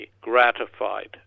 gratified